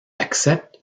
accepte